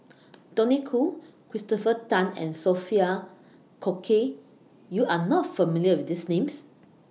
Tony Khoo Christopher Tan and Sophia Cooke YOU Are not familiar with These Names